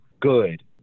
good